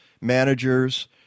managers